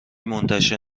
منتشر